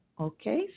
Okay